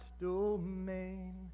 domain